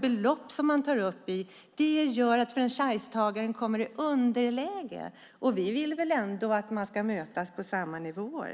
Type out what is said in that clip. beloppen gör detta att franchisetagaren kommer i underläge. Vi vill väl ändå att de ska mötas på samma nivå.